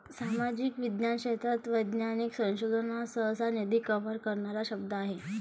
सामाजिक विज्ञान क्षेत्रात वैज्ञानिक संशोधन हा सहसा, निधी कव्हर करणारा शब्द आहे